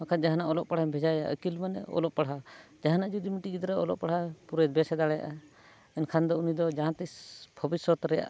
ᱵᱟᱝᱠᱷᱟᱱ ᱡᱟᱦᱟᱱᱟᱜ ᱚᱞᱚᱜ ᱯᱟᱲᱦᱟᱣ ᱵᱷᱮᱡᱟᱭᱟ ᱟᱹᱠᱤᱞ ᱢᱟᱱᱮ ᱚᱞᱚᱜ ᱯᱟᱲᱦᱟᱣ ᱡᱟᱦᱟᱱᱟᱜ ᱡᱩᱫᱤ ᱢᱤᱫᱴᱤᱡ ᱚᱞᱚᱜ ᱯᱟᱲᱦᱟᱣ ᱯᱩᱨᱟᱹ ᱵᱮᱥᱮ ᱫᱟᱲᱮᱭᱟᱜᱼᱟ ᱮᱱᱠᱷᱟ ᱫᱚ ᱩᱱᱤ ᱡᱟᱦᱟᱸ ᱛᱤᱥ ᱵᱷᱚᱵᱤᱥᱥᱚᱛ ᱨᱮᱭᱟᱜ